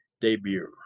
debut